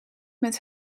met